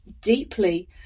deeply